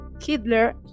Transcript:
Hitler